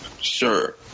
Sure